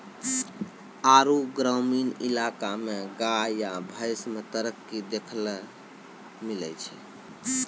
आरु ग्रामीण इलाका मे गाय या भैंस मे तरक्की देखैलै मिलै छै